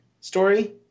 story